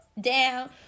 down